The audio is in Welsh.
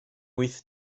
wyth